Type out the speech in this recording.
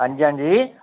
हांजी हांजी